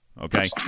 okay